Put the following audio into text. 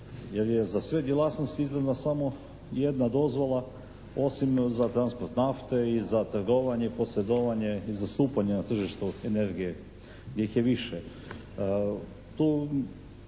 jer je za sve djelatnosti izdana samo jedna dozvola osim za …/Govornik se ne razumije./… i za trgovanje i posredovanje i zastupanje na tržištu energije, njih je više. Tu